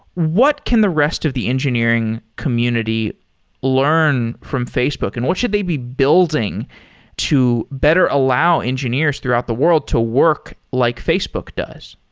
what can the rest of the engineering community learn from facebook and what should they be building to better allow engineers throughout the world to work like facebook does?